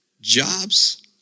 jobs